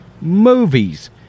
movies